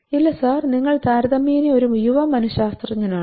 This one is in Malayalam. ഇല്ല സർ നിങ്ങൾ താരതമ്യേന ഒരു യുവ മനശാസ്ത്രജ്ഞനാണ്